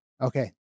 Okay